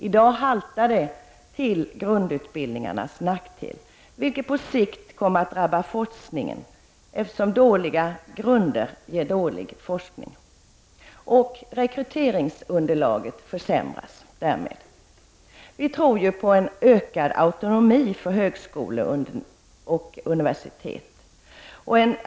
I dag haltar det till grundutbildningarnas nackdel, vilket på sikt kommer att drabba forskningen, eftersom dåliga grunder ger dålig forskning. Därmed försämras rekryteringsunderlaget. Folkpartiet tror på ökad autonomi för högskolor och universitet.